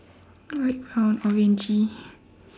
light brown orangey